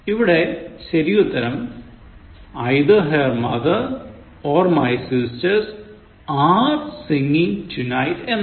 ഇവിടെ ശരിയുത്തരം Either her mother or my sisters are singing tonight എന്നാണ്